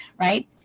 right